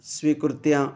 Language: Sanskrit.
स्वीकृत्य